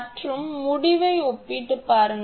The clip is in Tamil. மற்றும் முடிவை ஒப்பிட்டுப் பாருங்கள்